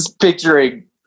picturing